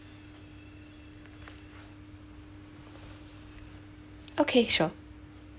okay sure